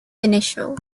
initially